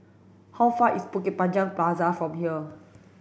how far is Bukit Panjang Plaza from here